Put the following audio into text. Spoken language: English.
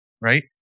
right